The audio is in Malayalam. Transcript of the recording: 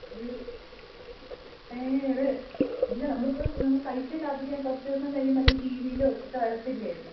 ഇത് എടെ ഇല്ല നമ്മൾക്ക് കുറച്ച് നമുക്ക് പൈസയും ലാഭിക്കാം കുറച്ച് ദിവസം കഴിയുമ്പം അല്ലെങ്കിൽ ടീ വീ ലോ ഒക്കെ വരത്തില്ലേ ഇത്